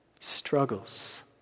struggles